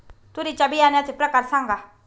तूरीच्या बियाण्याचे प्रकार सांगा